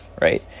right